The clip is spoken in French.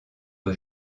aux